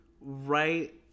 right